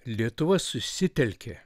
lietuva susitelkė